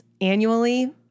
annually